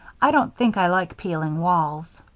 i don't think i like peeling walls.